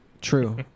True